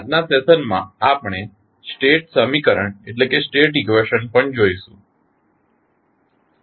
આજના સેશનમાં આપણે સ્ટેટ સમીકરણ પણ જોઇશું